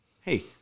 hey